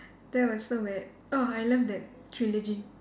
that was so bad oh I loved that trilogy